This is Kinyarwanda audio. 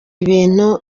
ibintu